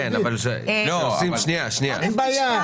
כשעושים מחקר